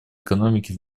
экономике